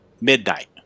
midnight